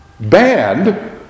Banned